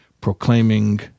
proclaiming